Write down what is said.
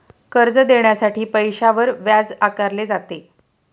कर्ज देण्यासाठी पैशावर व्याज आकारले जाते